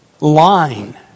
line